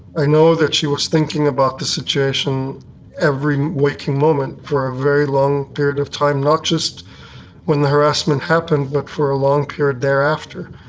i know that she was thinking about the situation every waking moment for a very long period of time, not just when the harassment happened but for a long period thereafter.